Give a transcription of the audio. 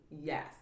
Yes